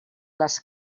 les